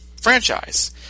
franchise